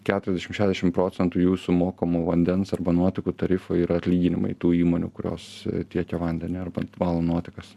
keturiasdešim šešiasdešim procentų jūsų mokamų vandens arba nuotekų tarifų yra atlyginimai tų įmonių kurios tiekia vandenį arba valo nuotekas